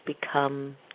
become